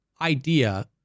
idea